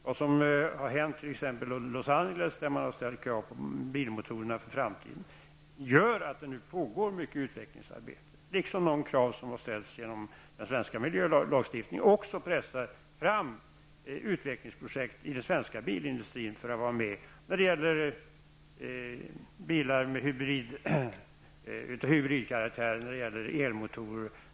Vad som hänt i Los Angeles, där man har ställt krav på bilmotorerna för framtiden, gör att det pågår ett omfattande utvecklingsarbete. Även de krav som ställs genom den svenska miljölagstiftningen pressar fram utvecklingsprojekt i den svenska bilindustrin för att denna skall kunna vara med för att få fram t.ex. bilar av hybridkaraktär och med elmotorer.